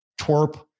twerp